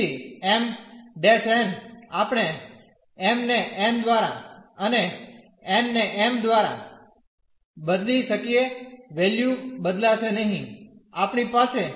તેથી mn આપણે m ને n દ્વારા અને n ને m દ્વારા બદલી શકીએ વેલ્યુ બદલાશે નહીં આપણી પાસે